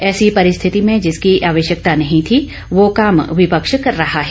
ऐसी परिस्थिति में जिसकी आवश्यकता नहीं थी वह काम विपक्ष कर रहा है